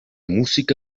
música